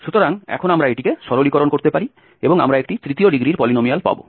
সুতরাং এখন আমরা এটিকে সরলীকরণ করতে পারি এবং আমরা একটি তৃতীয় ডিগ্রির পলিনোমিয়াল পাব